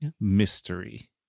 mystery